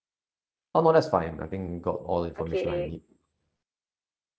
oh no that's fine I think got all the information I need